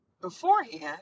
beforehand